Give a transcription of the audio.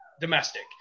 domestic